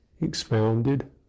expounded